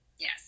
Yes